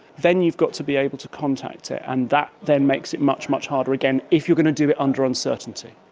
then you've got to be able to contact it and that then makes it much, much harder again if you are going to do it under uncertainty.